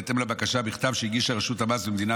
בהתאם לבקשה בכתב שהגישה רשות המס במדינה